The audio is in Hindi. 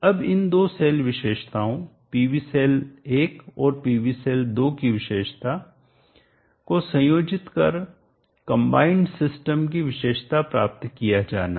अब इन दो सेल विशेषताओं पीवी सेल 1और पीवी सेल 2 की विशेषता को संयोजित कर कंबाइंड सिस्टम संयुक्त प्रणाली की विशेषता प्राप्त किया जाना है